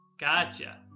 Gotcha